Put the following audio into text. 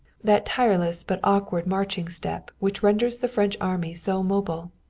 that tireless but awkward marching step which renders the french army so mobile.